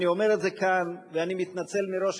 אני אומר את זה כאן, ואני מתנצל מראש.